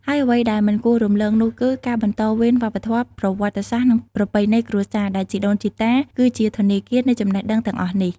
ហើយអ្វីដែលមិនគួររំលងនោះគឺ ការបន្តវេនវប្បធម៌ ប្រវត្តិសាស្រ្ត និងប្រពៃណីគ្រួសារ ដែលជីដូនជីតា គឺជាធនាគារនៃចំណេះដឹងទាំងអស់នេះ។